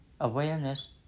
Awareness